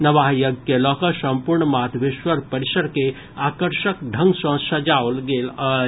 नवाह यज्ञ के लऽकऽ संपूर्ण माधवेश्वर परिसर के आकर्षक ढंग सॅ सजाओल गेल अछि